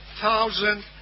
thousand